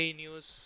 news